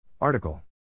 Article